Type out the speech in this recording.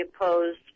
opposed